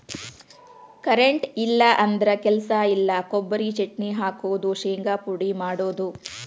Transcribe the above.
current ಇಲ್ಲಿಕಂದ್ರ ಕೆಲಸ ಇಲ್ಲಾ, ಕೊಬರಿ ಚಟ್ನಿ ಹಾಕುದು, ಶಿಂಗಾ ಪುಡಿ ಮಾಡುದು